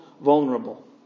vulnerable